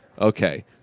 Okay